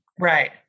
Right